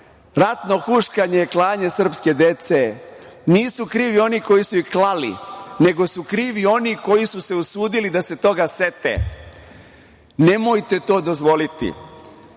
Ratno huškanje je klanje srpske dece. Nisu krivi oni koji su ih klali, nego su krivi oni koji su se usudili da se toga sete. Nemojte to dozvoliti.